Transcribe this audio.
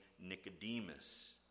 Nicodemus